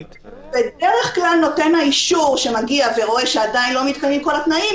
בדרך כלל נותן האישור שמגיע ורואה שעדיין לא מתקיימים כל התנאים,